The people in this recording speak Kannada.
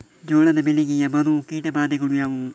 ಜೋಳದ ಬೆಳೆಗೆ ಬರುವ ಕೀಟಬಾಧೆಗಳು ಯಾವುವು?